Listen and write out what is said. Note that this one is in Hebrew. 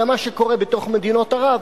אלא מה שקורה בתוך מדינות ערב,